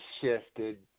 shifted